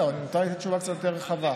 מותר לי לתת תשובה קצת יותר רחבה.